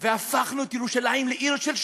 והפכנו את ירושלים לעיר של שלום.